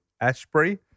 Ashbury